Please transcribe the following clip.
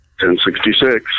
1066